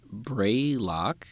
Braylock